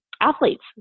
athletes